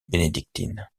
bénédictine